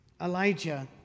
Elijah